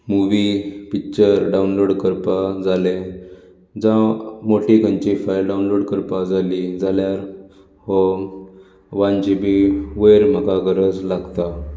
मुवीक picture download करपाक जालें जांव मोटी खंयची फायल डावन्लाॅड करपाक जाली जाल्यार हो वन जीबी वयर म्हाका गरज लागता